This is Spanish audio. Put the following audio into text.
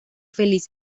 feliz